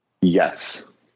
Yes